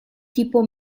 tipo